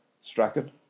Strachan